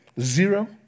zero